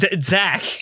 Zach